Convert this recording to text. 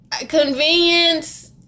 Convenience